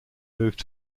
moved